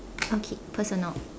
okay personal